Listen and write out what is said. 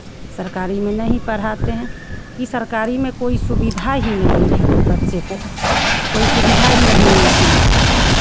सरकारी में नहीं पढ़ाते हैं कि सरकारी में कोई सुविधा ही नहीं है बच्चे को कोई सुविधा ही नहीं मिलती है